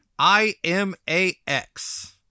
IMAX